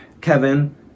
Kevin